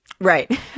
Right